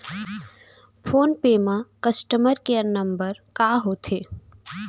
Phone पे म customer care number ह का होथे?